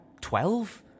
twelve